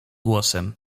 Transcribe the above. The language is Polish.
głosem